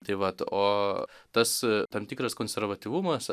tai vat o tas tam tikras konservatyvumas